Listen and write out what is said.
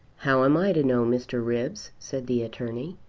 how am i to know, mr. ribbs? said the attorney.